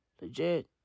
Legit